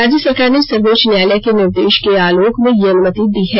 राज्य सरकार ने सर्वोच्च न्यायालय के निर्देश के आलोक में यह अनुमति दी है